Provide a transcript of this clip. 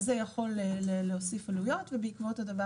אז זה יכול להוסיף עלויות ובעקבות הדבר